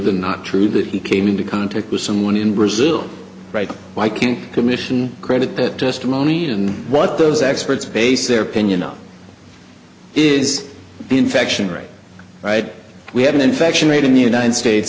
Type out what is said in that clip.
than not true that he came into contact with someone in brazil right why can't commission credit system only in what those experts base their opinion on is the infection rate right we have an infection rate in the united states